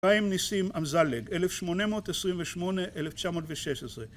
2 ניסים עמזלג, 1828-1916